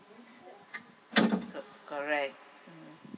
co~ correct